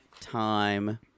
time